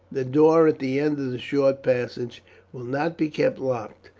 that door at the end of the short passage will not be kept locked,